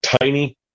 tiny